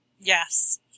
Yes